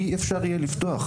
אי אפשר יהיה לפתוח.